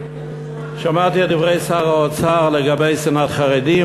שמעתי את דברי שר האוצר לגבי שנאת חרדים,